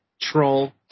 troll